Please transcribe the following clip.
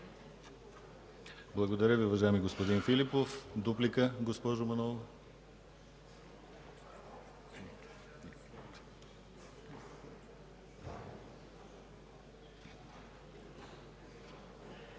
Благодаря Ви, уважаеми господин Филипов. Дуплика, госпожо Манолова.